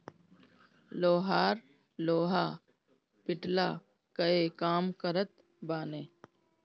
लोहार लोहा पिटला कअ काम करत बाने